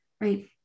right